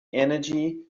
energy